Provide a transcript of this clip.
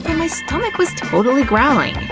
and my stomach was totally growling!